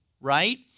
right